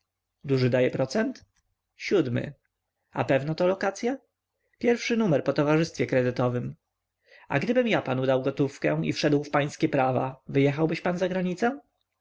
duży daje procent siódmy a pewna to lokacya pierwszy numer po towarzystwie kredytowem a gdybym ja panu dał gotówkę i wszedł w pańskie prawa wyjechałbyś pan za granicę